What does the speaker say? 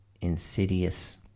insidious